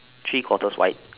three quarters white